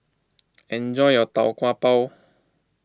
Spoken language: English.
enjoy your Tau Kwa Pau